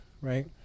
right